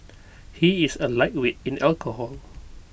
he is A lightweight in alcohol